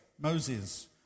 Moses